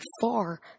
far